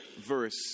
verse